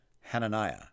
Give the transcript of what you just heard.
Hananiah